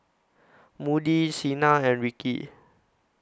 Moody Cena and Rikki